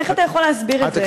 איך אתה יכול להסביר את זה?